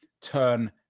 turn